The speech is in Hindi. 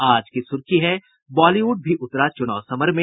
आज की सुर्खी है बॉलीवुड भी उतरा चुनाव समर में